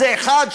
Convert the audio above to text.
איזה אחד,